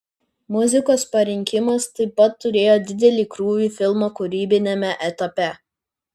muzikos parinkimas taip pat turėjo didelį krūvį filmo kūrybiniame etape